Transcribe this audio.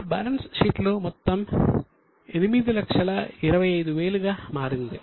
ఇప్పుడు balance sheet మొత్తం 825000 గా మారింది